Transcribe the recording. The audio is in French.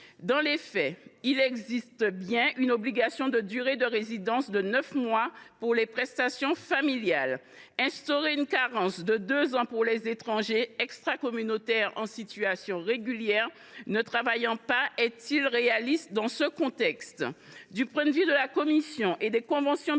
Dans les faits, il existe bel et bien une obligation de durée de résidence de neuf mois pour bénéficier des prestations familiales. Instaurer une carence de deux ans pour les étrangers extracommunautaires en situation régulière ne travaillant pas est il réaliste dans ce contexte ?